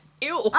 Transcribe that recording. Ew